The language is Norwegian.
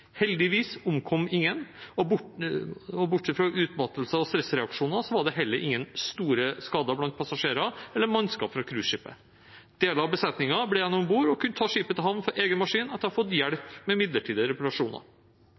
Heldigvis omkom ingen, og bortsett fra utmattelse og stressreaksjoner var det heller ingen store skader blant passasjerer eller mannskap fra cruiseskipet. Deler av besetningen ble igjen om bord og kunne ta skipet til havn for egen maskin etter å ha fått